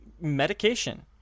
medication